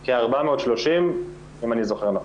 אם אני זוכר נכון.